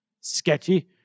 sketchy